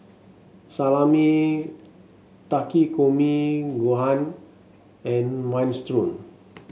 Salami Takikomi Gohan and Minestrone